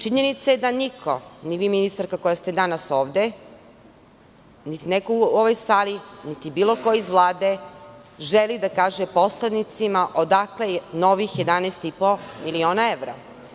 Činjenica je da niko, ni vi ministarka koja ste danas ovde, ni neko u ovoj sali, ni bilo ko iz Vlade želi da kaže poslanicima odakle je novih 11,5 miliona evra.